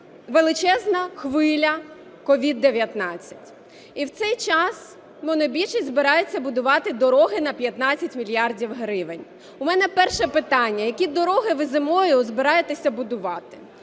величезна хвиля COVID-19, і в цей час монобільшість збирається будувати дороги на 15 мільярдів гривень. У мене перше питання. Які дороги ви зимою збираєтеся будувати?